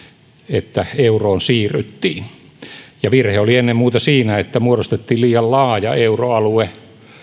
että euroon siirryttiin virhe oli ennen muuta siinä että muodostettiin liian laaja euroalue